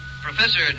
Professor